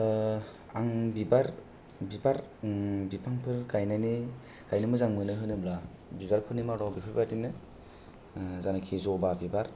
आं बिबार बिबार बिफांफोर गायनायनि गायनो मोजां मोनो होनोब्ला बिबार फोरनि मादाव बेफोर बादिनो जायनाखि ज'बा बिबार